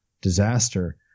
disaster